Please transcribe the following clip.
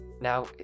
now